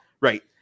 Right